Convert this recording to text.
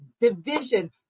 division